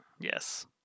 Yes